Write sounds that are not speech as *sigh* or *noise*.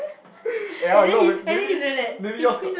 *laughs* eh how I know maybe maybe maybe yours got